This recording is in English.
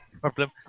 problem